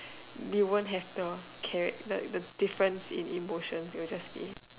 we won't have the charac the difference in emotions is was just stay